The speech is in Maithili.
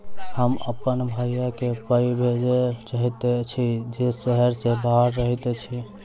हम अप्पन भयई केँ पाई भेजे चाहइत छि जे सहर सँ बाहर रहइत अछि